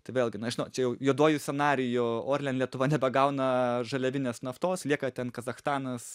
tai vėlgi na žinot čia jau juoduoju scenariju orlen lietuva nebegauna žaliavinės naftos lieka ten kazachstanas